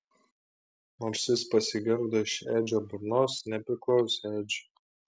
nors jis pasigirdo iš edžio burnos nepriklausė edžiui